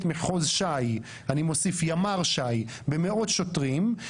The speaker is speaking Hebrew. מחוז ש"י אני מוסיף: ימ"ר ש"י במאות שוטרים,